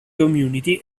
community